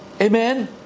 Amen